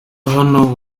hano